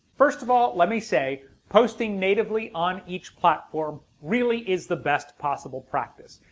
first of all let me say posting natively on each platform really is the best possible practice.